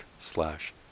slash